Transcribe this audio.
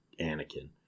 Anakin